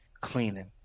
cleaning